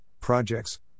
projects